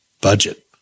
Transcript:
budget